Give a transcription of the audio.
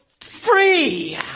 free